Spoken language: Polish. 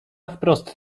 wprost